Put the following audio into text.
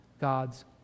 God's